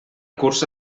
cursa